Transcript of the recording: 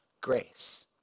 grace